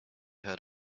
heard